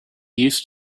used